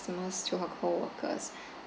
~tomers to her coworkers